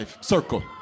circle